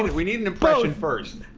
we need an impression first.